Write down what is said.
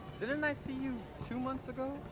didn't i see you two months ago?